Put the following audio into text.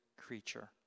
creature